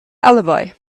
alibi